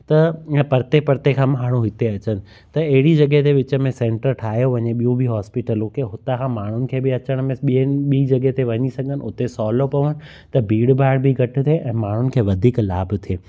त ऐं परियों परियों खां माण्हू हिते अचनि त अहिड़ी जॻहि ते विच में सैंटर ठाहियो वञे ॿियूं बि हॉस्पिटलूं खे हुतां खां माण्हुनि खे बि अचण में ॿियनि बि जॻहि ते वञी सघनि उते सहुलो पवनि त भीड़ भाड़ बि घटि थिए ऐं माण्हुनि खे वधीक लाभ थिए